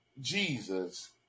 Jesus